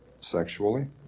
sexually